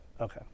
okay